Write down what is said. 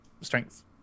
strength